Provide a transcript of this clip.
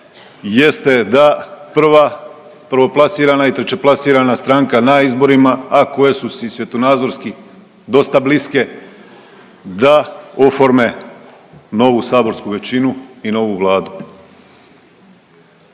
jeste da prva prvoplasirana i treće plasirana stranka na izborima, a koje su i svjetonazorski dosta bliske da oforme novu saborsku većinu i novu vladu.